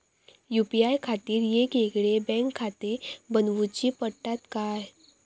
UPI खातीर येगयेगळे बँकखाते बनऊची पडतात काय?